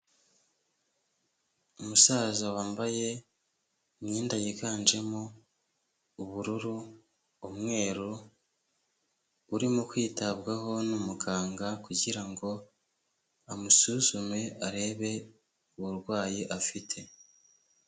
Umusaza wambaye imyenda yiganjemo ubururu, umweru, urimo kwitabwaho n'umuganga kugira ngo amusuzume, arebe uburwayi afite.